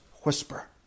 whisper